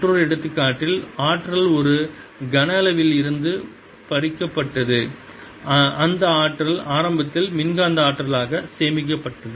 மற்ற எடுத்துக்காட்டில் ஆற்றல் ஒரு கன அளவில் இருந்து பறிக்கப்பட்டது அந்த ஆற்றல் ஆரம்பத்தில் மின்காந்த ஆற்றலாக சேமிக்கப்பட்டது